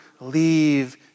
leave